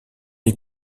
les